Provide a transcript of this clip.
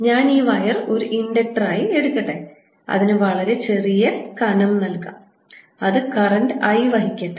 ഞാൻ ഈ വയർ ഒരു ഇൻഡക്ടറായി എടുക്കട്ടെ അതിന് വളരെ ചെറിയ കനം നൽകട്ടെ അത് കറന്റ് I വഹിക്കട്ടെ